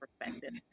perspective